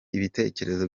ibitekerezo